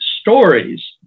stories